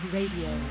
Radio